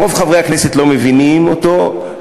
רוב חברי הכנסת לא מבינים אותו,